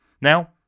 now